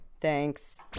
Thanks